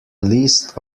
list